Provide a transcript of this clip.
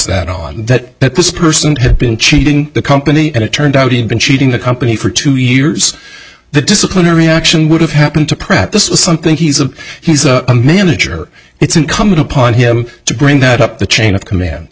that on that that this person had been cheating the company and it turned out he'd been cheating the company for two years the disciplinary action would have happened to pratt this was something he's a he's a manager it's incumbent upon him to bring that up the chain of command